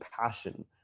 passion